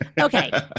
okay